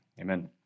amen